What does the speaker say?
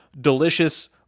delicious